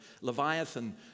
Leviathan